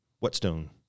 whetstone